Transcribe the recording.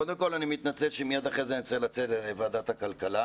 קודם כל אני מתנצל שאני מיד אחרי כן צריך לצאת לוועדת הכלכלה.